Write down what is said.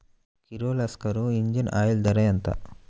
Kirloskar engine oil ధర ఎంత?